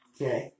Okay